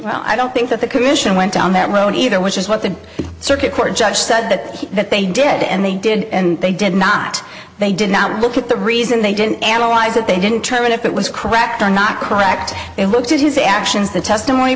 well i don't think that the commission went down that road either which is what the circuit court judge said that that they did and they did and they did not they did not look at the reason they didn't analyze it they didn't turn in if it was cracked or not cracked they looked at his actions the testimony